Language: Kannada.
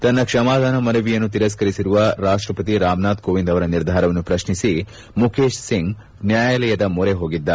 ತನ್ನ ಕ್ಷಮಾದಾನ ಮನವಿಯನ್ನು ತಿರಸ್ಕರಿಸಿರುವ ರಾಷ್ಟಪತಿ ರಾಮನಾಥ್ ಕೋವಿಂದ್ ಅವರ ನಿರ್ಧಾರವನ್ನು ಪ್ರತ್ನಿಸಿ ಮುಖೇಶ್ಸಿಂಗ್ ನ್ಯಾಯಾಲಯದ ಮೊರೆ ಹೋಗಿದ್ದ